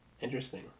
Interesting